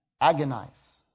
agonize